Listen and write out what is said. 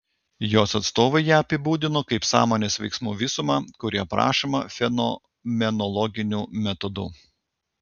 jos atstovai ją apibūdino kaip sąmonės veiksmų visumą kuri aprašoma fenomenologiniu metodu